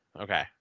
Okay